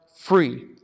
free